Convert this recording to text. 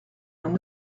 vingt